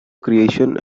creation